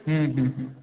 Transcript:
ହୁଁ ହୁଁ